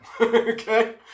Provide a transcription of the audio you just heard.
Okay